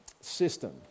system